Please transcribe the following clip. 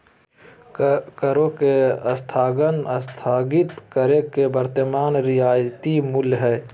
करों के स्थगन स्थगित कर के वर्तमान रियायती मूल्य हइ